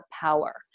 power